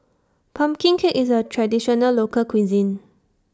Pumpkin Cake IS A Traditional Local Cuisine